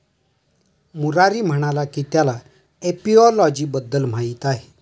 मुरारी म्हणाला की त्याला एपिओलॉजी बद्दल माहीत आहे